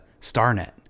Starnet